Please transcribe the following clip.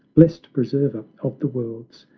blest preserver of the worlds,